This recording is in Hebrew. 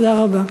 תודה רבה.